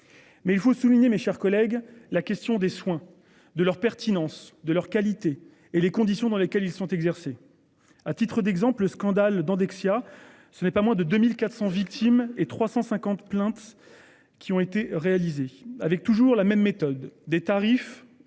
Mais il faut souligner, mes chers collègues, la question des soins de leur pertinence de leur qualité et les conditions dans lesquelles ils sont exercées, à titre d'exemple, le scandale dans Dexia ce n'est pas moins de 2400 victimes et 350 plaintes. Qui ont été réalisées avec toujours la même méthode des tarifs